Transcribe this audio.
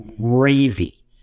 gravy